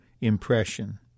impression